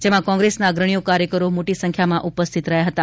જેમાં કોંપ્રેસના અગ્રણીઓ કાર્યકરો મોટી સંખ્યામાં ઉપસ્થિત રહ્યાં હતાં